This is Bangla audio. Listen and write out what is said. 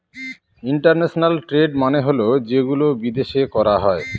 ইন্টারন্যাশনাল ট্রেড মানে হল যেগুলো বিদেশে করা হয়